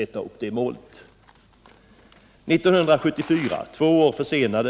1974, två år försenat,